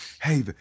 hey